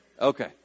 okay